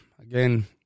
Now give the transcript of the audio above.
again